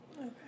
Okay